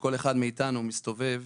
כשכל אחד מאיתנו מסתובב